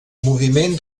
moviment